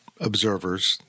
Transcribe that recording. observers